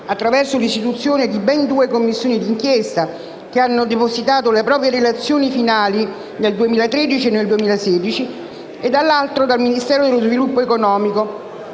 attraverso l'istituzione di ben due Commissioni di inchiesta (che hanno depositato le proprie relazioni finali nel 2013 e nel 2016) e, dall'altro, da parte del Ministero dello sviluppo economico